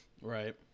Right